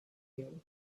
you